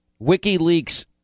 WikiLeaks